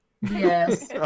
Yes